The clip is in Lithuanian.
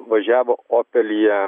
važiavo opelyje